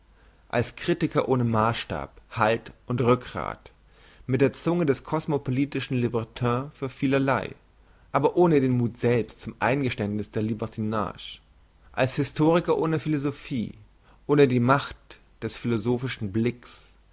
als kritiker ohne maassstab halt und rückgrat mit der zunge des kosmopolitischen libertin für vielerlei aber ohne den muth selbst zum eingeständniss der libertinage als historiker ohne philosophie ohne die macht des philosophischen blicks